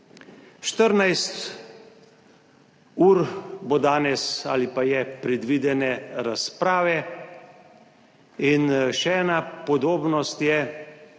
14 ur bo danes ali pa je predvidene razprave. In še ena podobnost je